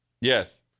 Yes